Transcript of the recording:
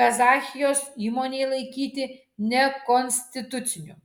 kazachijos įmonei laikyti nekonstituciniu